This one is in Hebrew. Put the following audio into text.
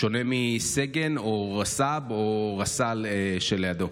שונה מסגן או רס"ב או רס"ל שלידו?